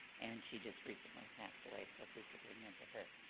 and she just recently passed away, so if we could remember her.